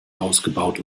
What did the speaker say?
ausgebaut